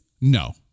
No